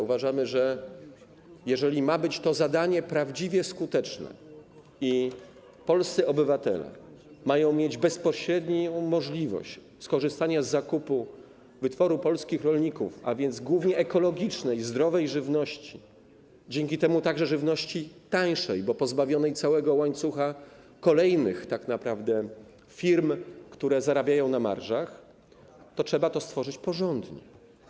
Uważamy, że jeżeli ma być to zadanie prawdziwie skuteczne i polscy obywatele mają mieć bezpośrednią możliwość skorzystania z zakupu wytworu polskich rolników, a więc głównie ekologicznej, zdrowej żywności, dzięki temu także żywności tańszej, bo pozbawionej całego łańcucha kolejnych tak naprawdę firm, które zarabiają na marżach, to trzeba to stworzyć porządnie.